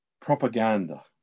Propaganda